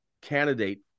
candidate